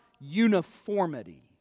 uniformity